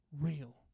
real